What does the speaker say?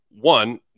One